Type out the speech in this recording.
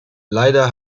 leider